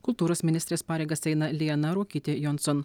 kultūros ministrės pareigas eina liana ruokytė jonson